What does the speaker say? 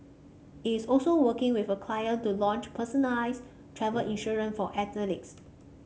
it's also working with a client to launch personalised travel insurance for athletes